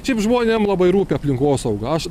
šiaip žmonėm labai rūpi aplinkosauga aš